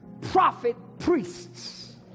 prophet-priests